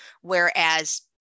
Whereas